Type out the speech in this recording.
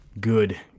good